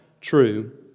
true